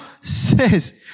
says